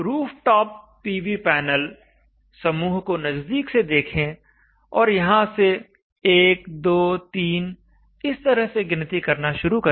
rooftop PV panel समूह को नज़दीक से देखें और यहां से 1 2 3 इस तरह से गिनती करना शुरू करें